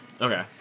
Okay